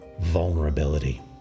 vulnerability